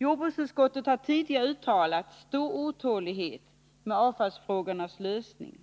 Jordbruksutskottet har tidigare givit uttryck för stor otålighet med avfallsfrågornas lösning.